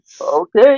Okay